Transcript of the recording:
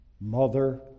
mother